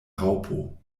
raŭpo